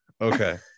Okay